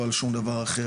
לא על שום דבר אחר,